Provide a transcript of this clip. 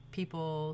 people